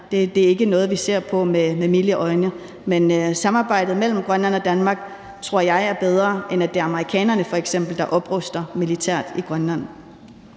Det er ikke noget, vi ser på med milde øjne. Men samarbejdet mellem Grønland og Danmark tror jeg er bedre, end hvis det f.eks. er amerikanerne, der opruster militært i Grønland.